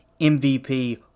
MVP